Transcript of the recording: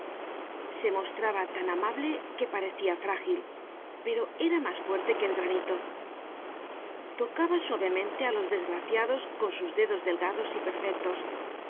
se mostraba tan amable que parecia frágil pero era mas fuerte que el granito tocaba suavemente á los desgraciados con sus dedos delgados y perfectos